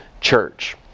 Church